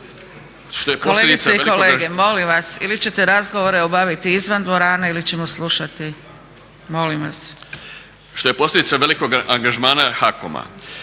Kolegice i kolege molim vas ili ćete razgovore obaviti izvan dvorane ili ćemo slušati. Molim vas./… Što je posljedica velikog angažmana HAKOM-a.